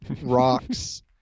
rocks